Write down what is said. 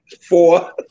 Four